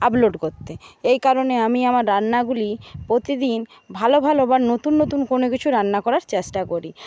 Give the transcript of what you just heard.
upload করতে এই কারণে আমি আমার রান্নাগুলি প্রতিদিন ভালো ভালো বা নতুন নতুন কোনো কিছু রান্না করার চেষ্টা করি